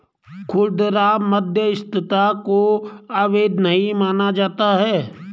खुदरा मध्यस्थता को अवैध नहीं माना जाता है